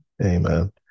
Amen